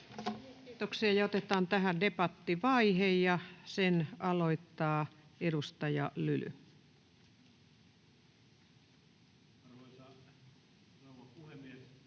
Kiitoksia. — Otetaan tähän debattivaihe, ja sen aloittaa edustaja Lyly. [Speech 119] Speaker: